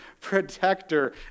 protector